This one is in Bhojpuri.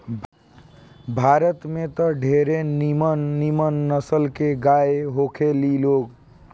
भारत में त ढेरे निमन निमन नसल के गाय होखे ली लोग